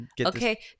Okay